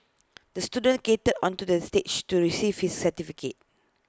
the student skated onto the stage to receive his certificate